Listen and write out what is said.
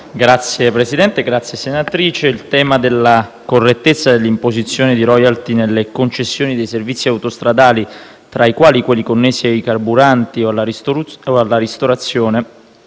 Grazie Presidente e grazie a lei, senatrice. Il tema della correttezza dell'imposizione di *royalty* nelle concessioni dei servizi autostradali, tra i quali quelli connessi ai carburanti o alla ristorazione,